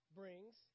brings